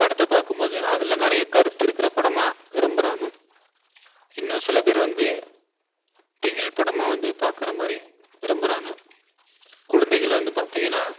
படத்த பார்க்கும்போது அதில் நிறைய கருத்து இருக்கிற படமாக விரும்புகிறாங்க இன்னும் சில பேர் வந்து திகில் படமாக வந்து பார்க்குற மாதிரி விரும்புகிறாங்க குழந்தைகள் வந்து பார்த்திங்கனா